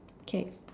okay